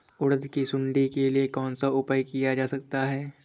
उड़द की सुंडी के लिए कौन सा उपाय किया जा सकता है?